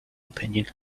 opinion